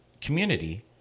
community